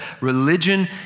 religion